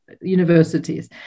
universities